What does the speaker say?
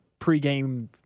pregame